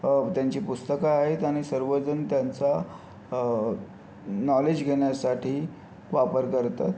त्यांची पुस्तकं आहेत आणि सर्वजण त्यांचा नॉलेज घेण्यासाठी वापर करतात